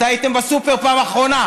מתי הייתם בסופר בפעם האחרונה?